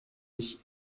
ich